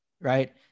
Right